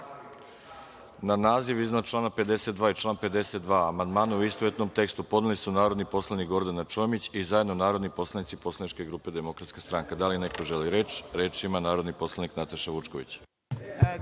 naziv iznad člana 55. i član 55. amandmane u istovetnom tekstu podneli su narodni poslanik Gordana Čomić i zajedno narodni poslanici poslaničke grupe Demokratska stranka. Da li neko želi reč? (Da.)Reč ima narodni poslanik Gordana Čomić.